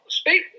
speak